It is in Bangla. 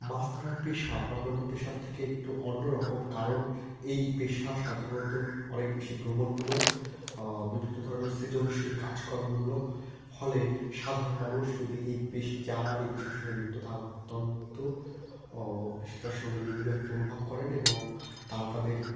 মাছ ধরার পেশা অন্যান্য পেশার থেকে একটু অন্যরকম কারণ এই পেশা সাধারণত অনেক বেশি ভ্রমণমূলক বিভিন্ন ধরনের সৃজনশীল কাজকর্মমূলক ফলে সাধারণ মানুষ যদি এই যারা এই পেশার সঙ্গে যুক্ত তারা অত্যন্ত বিষয়টার সঙ্গে নিবিড়ত্ব অনুভব করেন এবং তারা তাদের